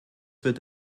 wird